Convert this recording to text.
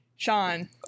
Sean